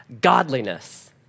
godliness